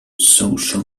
social